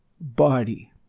body